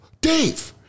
Dave